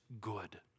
good